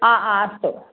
हा हा अस्तु